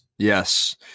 Yes